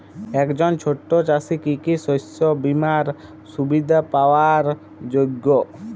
একজন ছোট চাষি কি কি শস্য বিমার সুবিধা পাওয়ার যোগ্য?